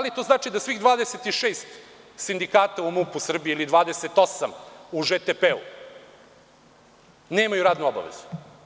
Da li to znači da svih 26 sindikata u MUP Srbije ili 28 u ŽTP, nemaju radnu obavezu?